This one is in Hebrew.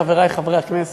חברי חברי הכנסת,